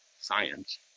science